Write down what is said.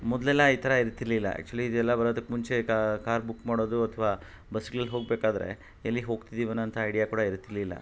ಮೊದಲೆಲ್ಲ ಈ ಥರ ಇರ್ತಿರಲಿಲ್ಲ ಆ್ಯಕ್ಚುಲಿ ಇದೆಲ್ಲ ಬರೋದಕ್ಕೆ ಮುಂಚೆ ಕಾರ್ ಬುಕ್ ಮಾಡೋದು ಅಥವಾ ಬಸ್ಗ್ಳಲ್ಲಿ ಹೋಗಬೇಕಾದ್ರೆ ಎಲ್ಲಿಗೆ ಹೋಗ್ತಿದೀವ್ ಅನ್ನೊಂಥ ಐಡ್ಯಾ ಕೂಡ ಇರ್ತಿರಲಿಲ್ಲ